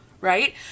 right